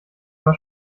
war